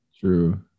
true